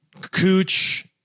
Cooch